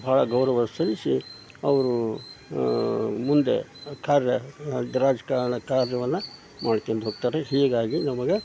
ಭಾಳ ಗೌರವ ಸಲ್ಲಿಸಿ ಅವರು ಮುಂದೆ ಕಾರ್ಯ ರಾಜಕಾರಣ ಕಾರ್ಯವನ್ನು ಮಾಡ್ಕೊಂಡ್ ಹೋಗ್ತಾರೆ ಹೀಗಾಗಿ ನಮ್ಗೆ